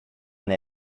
they